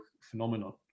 phenomenon